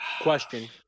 Question